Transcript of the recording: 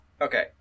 okay